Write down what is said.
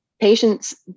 Patients